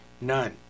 none